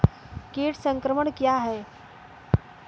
कीट संक्रमण क्या है?